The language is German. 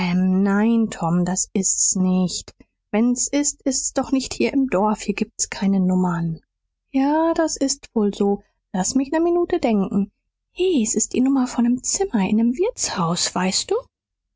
nein tom das ist's nicht wenn's ist ist's doch nicht hier im dorf hier gibt's keine nummern ja das ist wohl so laß mich ne minute denken he s ist die nummer von nem zimmer in nem wirtshaus weißt du